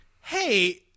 hey